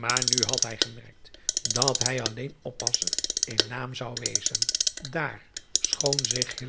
aar nu had hij gemerkt dat hij alleen oppasser in naam zou wezen daar schoon zich